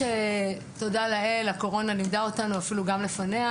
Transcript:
תודה לאל הקורונה לימדה אותנו ואפילו גם לפניה,